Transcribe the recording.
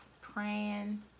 Praying